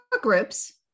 groups